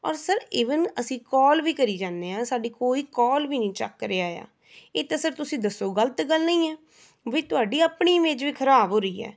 ਔਰ sir even ਅਸੀਂ call ਵੀ ਕਰੀ ਜਾਂਦੇ ਹਾਂ ਸਾਡੀ ਕੋਈ ਕਾਲ ਵੀ ਨਹੀਂ ਚੱਕ ਰਿਹਾ ਆ ਇਹ ਤਾਂ ਸਰ ਤੁਸੀਂ ਦੱਸੋਂ ਗ਼ਲਤ ਗੱਲ ਨਹੀਂ ਹੈ ਵੀ ਤੁਹਾਡੀ ਆਪਣੀ ਇਮੇਜ ਵੀ ਖ਼ਰਾਬ ਹੋ ਰਹੀ ਹੈ